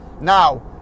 Now